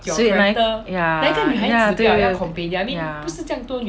谁要 ya ya 对对对 ya